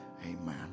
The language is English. Amen